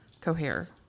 cohere